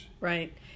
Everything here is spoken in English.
Right